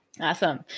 Awesome